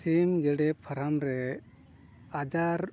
ᱥᱤᱢ ᱜᱮᱰᱮ ᱯᱷᱟᱨᱟᱢ ᱨᱮ ᱟᱡᱟᱨ